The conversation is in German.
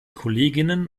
kolleginnen